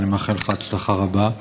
ואני מאחל לך הצלחה רבה.